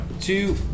Two